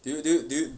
do you do you do you